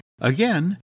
Again